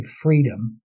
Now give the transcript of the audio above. freedom